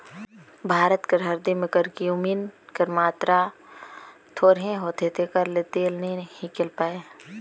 भारत कर हरदी में करक्यूमिन कर मातरा थोरहें होथे तेकर ले तेल नी हिंकेल पाए